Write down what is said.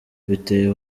biteye